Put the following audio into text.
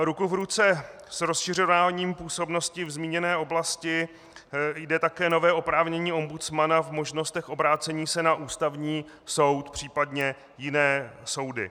Ruku v ruce s rozšiřováním působnosti v zmíněné oblasti jde také nové oprávnění ombudsmana v možnostech obracení se na Ústavní soud, případně jiné soudy.